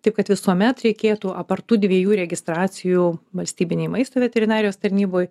taip kad visuomet reikėtų aptart tų dviejų registracijų valstybinei maisto veterinarijos tarnyboj